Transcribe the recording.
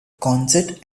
consett